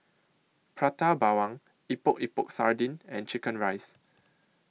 Prata Bawang Epok Epok Sardin and Chicken Rice